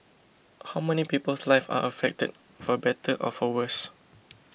how many people's lives are affected for better or for worse